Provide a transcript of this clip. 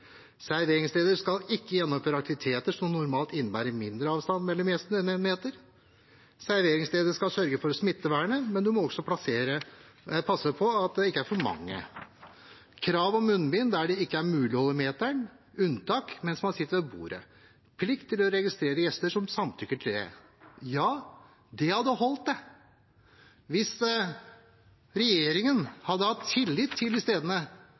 Serveringssteder skal ikke gjennomføre aktiviteter som normalt innebærer mindre avstand mellom gjestene enn 1 meter. Serveringssteder skal sørge for smittevernet, men må også passe på at det ikke er for mange. Det er krav om munnbind der det ikke er mulig å holde meteren, unntak mens man sitter ved bordet. Det er plikt til å registrere gjester som samtykker til det. Det hadde holdt, det. Hvis regjeringen hadde hatt tillit til de stedene,